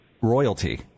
royalty